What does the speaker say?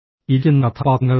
ഇരിക്കുന്ന കഥാപാത്രങ്ങൾ കാണുക